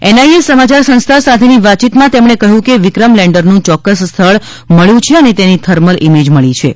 ANI સમાચાર સંસ્થા સાથે ની વાતયીત માં તેમણેકહ્યું કે વિક્રમ લેંડર નું ચોક્કસ સ્થળ મળ્યું છે અને તેની થર્મલ ઇમેજ મળીછે